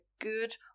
good